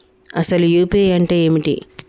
అసలు యూ.పీ.ఐ అంటే ఏమిటి?